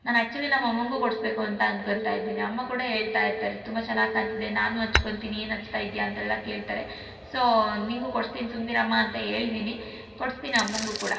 ನಾನು ಆ್ಯಕ್ಚುಲಿ ನಮ್ಮಮ್ಮನಿಗೂ ಕೊಡಿಸ್ಬೇಕು ಅಂತ ಅಂದ್ಕೊತಾ ಇದ್ದೀನಿ ಅಮ್ಮ ಕೂಡ ಹೇಳ್ತಾ ಇರ್ತಾರೆ ತುಂಬ ಚೆನ್ನಾಗಿ ಕಾಣ್ತಿದೆ ನಾನು ಹಚ್ಕೊಂತಿನಿ ಏನು ಹಚ್ತಾ ಇದ್ದಿಯಾ ಅಂತೆಲ್ಲ ಕೇಳ್ತಾರೆ ಸೊ ನಿನಗೂ ಕೊಡ್ಸ್ತೀನಿ ಸುಮ್ಮನಿರಮ್ಮ ಅಂತ ಹೇಳಿದಿನಿ ಕೊಡ್ಸ್ತೀನಿ ಅಮ್ಮನಿಗೂ ಕೂಡ